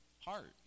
heart